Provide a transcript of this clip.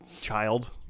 child